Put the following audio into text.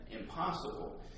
impossible